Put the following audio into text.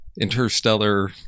interstellar